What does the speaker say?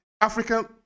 african